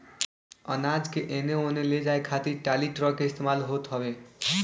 अनाज के एने ओने ले जाए खातिर टाली, ट्रक के इस्तेमाल होत हवे